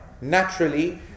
naturally